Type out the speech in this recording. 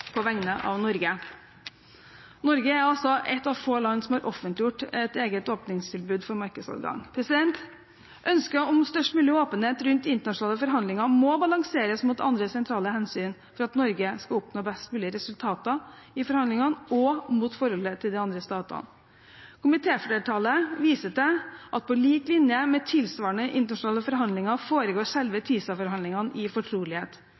på vegne av Norge. Norge er altså ett av få land som har offentliggjort et eget åpningstilbud for markedsadgang. Ønsket om størst mulig åpenhet rundt internasjonale forhandlinger må balanseres mot andre sentrale hensyn for at Norge skal oppnå best mulig resultater i forhandlingene, og mot forholdet til de andre statene. Komitéflertallet viser til at på lik linje med tilsvarende internasjonale forhandlinger foregår selve TISA-forhandlingene i fortrolighet.